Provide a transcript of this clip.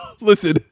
Listen